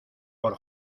por